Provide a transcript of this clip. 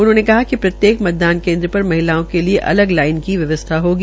उन्हांने कहा कि प्रत्येक मतदान केंद्र पर महिलाओं के लिए अलग लाइन की व्यवस्था होगी